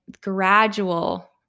gradual